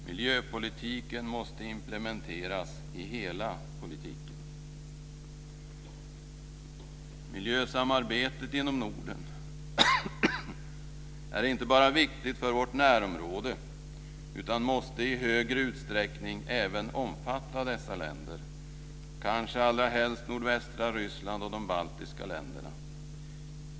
Miljöpolitiken måste implementeras i hela politiken. Miljösamarbetet inom Norden är inte bara viktigt för vårt närområde utan måste i högre utsträckning även omfatta dessa länder - kanske allrahelst nordvästra Ryssland och de baltiska länderna.